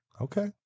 Okay